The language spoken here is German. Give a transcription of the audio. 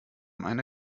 eine